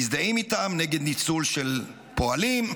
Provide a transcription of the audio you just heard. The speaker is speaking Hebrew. מזדהים איתם, נגד ניצול של פועלים,